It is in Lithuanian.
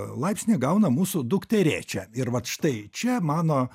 laipsnį gauna mūsų dukterėčia ir vat štai čia mano